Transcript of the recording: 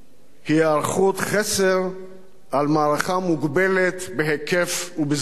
היא היערכות חסר על מערכה מוגבלת בהיקף ובזמן.